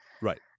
Right